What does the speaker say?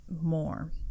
more